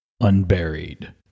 Unburied